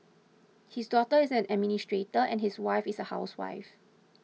his daughter is an administrator and his wife is a housewife